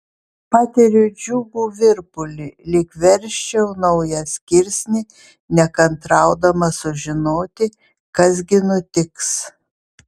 patiriu džiugų virpulį lyg versčiau naują skirsnį nekantraudama sužinoti kas gi nutiks